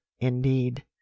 indeed